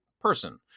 person